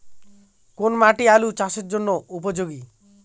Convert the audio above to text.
কোন মাটি আলু চাষের জন্যে উপযোগী?